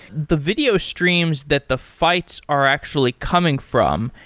the video streams that the fights are actually coming from.